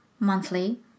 monthly